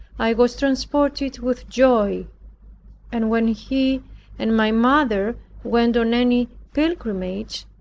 i was transported with joy and when he and my mother went on any pilgrimage,